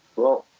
well,